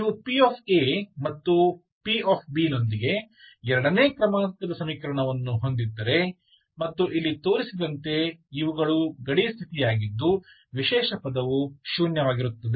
ನೀವು paಮತ್ತು p ನೊಂದಿಗೆ ಎರಡನೇ ಕ್ರಮಾಂಕದ ಸಮೀಕರಣವನ್ನು ಹೊಂದಿದ್ದರೆ ಮತ್ತು ಇಲ್ಲಿ ತೋರಿಸಿದಂತೆ ಇವುಗಳು ಗಡಿ ಸ್ಥಿತಿಯಾಗಿದ್ದು ವಿಶೇಷ ಪದವು ಶೂನ್ಯವಾಗಿರುತ್ತದೆ